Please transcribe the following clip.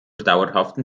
dauerhaften